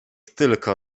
tylko